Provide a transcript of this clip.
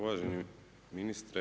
Uvaženi ministre.